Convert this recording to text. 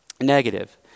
negative